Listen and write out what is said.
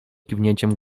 kiwnięciem